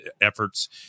efforts